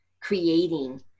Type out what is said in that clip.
creating